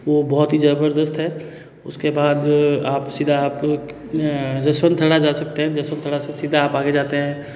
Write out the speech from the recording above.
वह बहुत ही जबरदस्त है उसके बाद आप सीधा आप जसवंत थाड़ा जा सकते हैं जसवंत थाड़ा से सीधा आप आगे जाते हैं